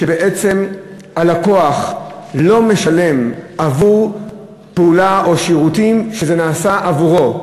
הוא שבעצם הלקוח לא משלם עבור פעולה או שירותים שנעשים עבורו.